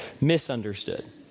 Misunderstood